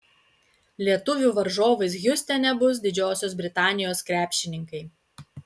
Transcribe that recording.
lietuvių varžovais hjustone bus didžiosios britanijos krepšininkai